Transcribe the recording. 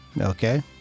Okay